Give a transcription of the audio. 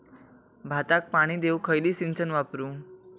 भाताक पाणी देऊक खयली सिंचन वापरू?